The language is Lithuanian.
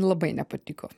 labai nepatiko